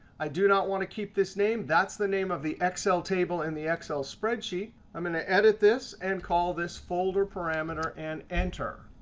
i do not want to keep this name. that's the name of the excel table in the excel spreadsheet. i'm going to edit this and call this folder parameter and enter.